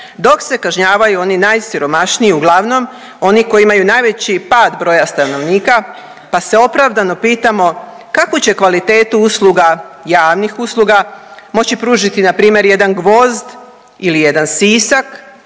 dok se kažnjavaju oni najsiromašniji uglavnom oni koji imaju najveći pad broja stanovnika pa se opravdano pitamo kakvu će kvalitetu usluga, javnih usluga moći pružiti npr. jedan Gvozd ili jedan Sisak